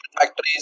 factories